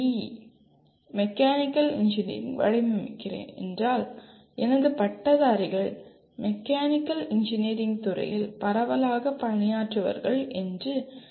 Eமெக்கானிக்கல் engineering வடிவமைக்கிறேன் என்றால் எனது பட்டதாரிகள் மெக்கானிக்கல் இன்ஜினியரிங் துறையில் பரவலாக பணியாற்றுவார்கள் என்று எதிர்பார்க்கிறேன்